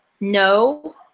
no